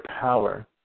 power